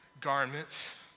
garments